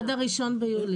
עד ה-1 ביולי.